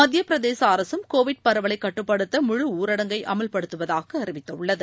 மத்திய பிரதேச அரசும் கோவிட் பரவலைக் கட்டுப்படுத்த முழு ஊரடங்கை அமல்படுத்துவதாக அறிவித்துள்ளது